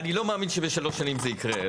אני לא מאמין שבשלוש שנים זה יקרה,